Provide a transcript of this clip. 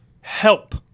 help